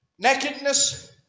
nakedness